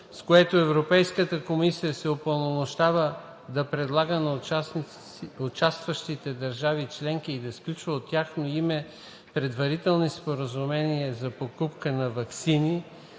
с което Европейската комисия се упълномощава да предлага на участващите държави членки и да сключва от тяхно име предварителни споразумения за покупка на ваксини